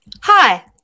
Hi